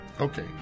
okay